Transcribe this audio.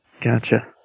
Gotcha